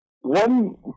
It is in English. one